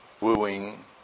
wooing